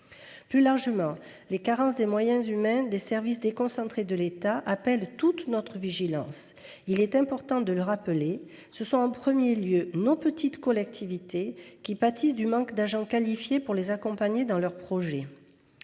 Plus largement, les carences des moyens humains des services déconcentrés de l’État appellent toute notre vigilance. Il est important de le rappeler : ce sont d’abord nos petites collectivités territoriales qui pâtissent du manque d’agents qualifiés chargés d’accompagner ces projets.